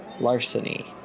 Larceny